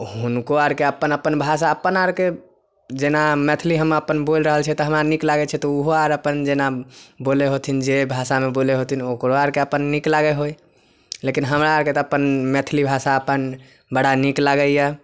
हुनको अरके अपन अपन भाषा अपन अरके जेना मैथिली हम अपन बोल रहल छियै तऽ हमरा नीक लागय छै तऽ उहो अर अपन जेना बोलय होथिन जे भाषामे बोलय होथिन ओ ओकरो अरके अपन नीक लगय होइ लेकिन हमरा अरके तऽ अपन मैथिली भाषा अपन बड़ा नीक लागइए